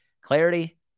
clarity